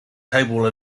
table